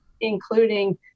including